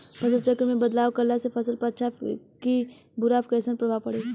फसल चक्र मे बदलाव करला से फसल पर अच्छा की बुरा कैसन प्रभाव पड़ी?